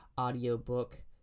audiobook